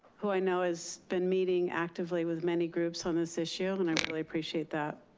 who i know has been meeting actively with many groups on this issue, and i really appreciate that.